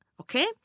Okay